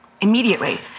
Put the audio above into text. Immediately